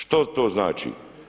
Što to znači?